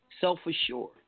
self-assured